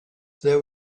there